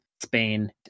Spain